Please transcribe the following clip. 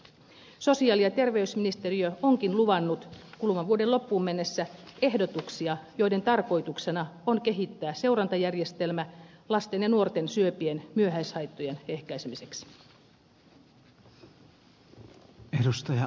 sosiaali ja terveysministeriö onkin luvannut kuluvan vuoden loppuun mennessä ehdotuksia joiden tarkoituksena on kehittää seurantajärjestelmä lasten ja nuorten syöpien myöhäishaittojen ehkäisemiseksi